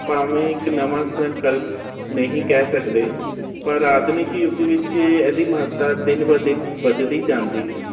ਭਾਵੇਂ ਇੱਕ ਨਵਾਂ ਸੰਕਲਪ ਨਹੀਂ ਕਹਿ ਸਕਦੇ ਪਰ ਆਧੁਨਿਕ ਯੁੱਗ ਵਿੱਚ ਇਹਦੀ ਮਹੱਤਤਾ ਦਿਨ ਬ ਦਿਨ ਵਧਦੀ ਜਾਂਦੀ ਹੈ